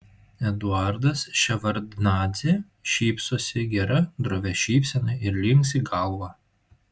eduardas ševardnadzė šypsosi gera drovia šypsena ir linksi galva